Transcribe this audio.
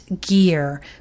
gear